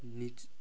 ନିଜ